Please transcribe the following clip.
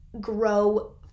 grow